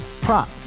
Prop